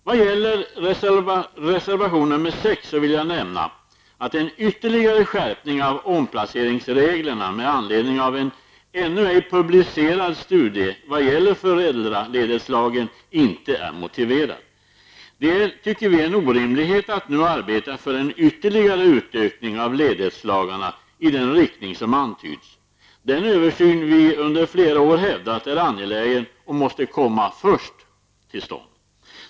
Vad gäller reservation 6, vill jag nämna att ytterligare skärpning av omplaceringsreglerna med anledning av en ännu ej publicerad studie som berör föräldraledighetslagen inte är motiverad. Vi tycker att det är en orimlighet att arbeta för en ytterligare utökning av ledighetslagarna i den riktning som antyds. Den översyn vi under flera år har hävdat är angelägen måste först komma till stånd.